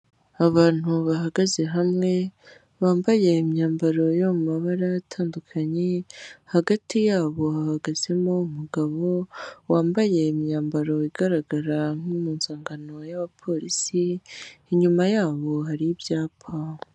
Abantu bahagaze hamwe, bambaye imyambaro yo mu mabara atandukanye, hagati yabo hahagazemo umugabo wambaye imyambaro igaragara nk'impunzangano y'abapolisi, inyuma yabo hari ibyapa.